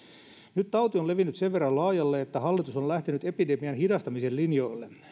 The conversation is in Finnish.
nyt tauti on levinnyt sen verran laajalle että hallitus on lähtenyt epidemian hidastamisen linjoille